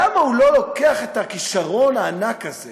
למה הוא לא לוקח את הכישרון הענק הזה